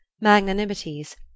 magnanimities